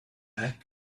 back